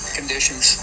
conditions